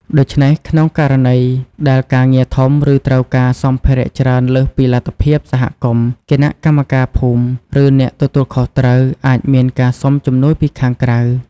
ដូច្នេះ ក្នុងករណីដែលការងារធំ ឬត្រូវការសម្ភារៈច្រើនលើសពីលទ្ធភាពសហគមន៍ គណៈកម្មការភូមិ ឬអ្នកទទួលខុសត្រូវ អាចមានការសុំជំនួយពីខាងក្រៅ។